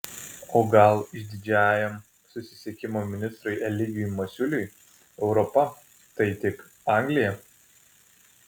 o gal išdidžiajam susisiekimo ministrui eligijui masiuliui europa tai tik anglija